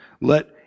let